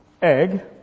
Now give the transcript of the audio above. Egg